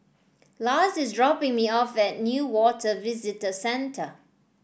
Lars is dropping me off at Newater Visitor Centre